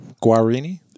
Guarini